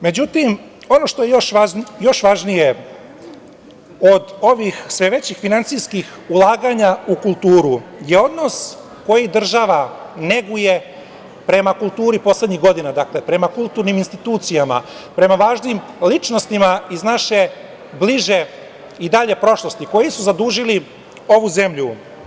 Međutim, ono što je još važnije od ovih sve većih finansijskih ulaganja u kulturu, je odnos koji država neguje prema kulturi poslednjih godina, prema kulturnim institucijama, prema važnim ličnostima iz naše bliže i dalje prošlosti koji su zadužili ovu zemlju.